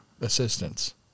assistance